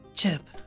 Chip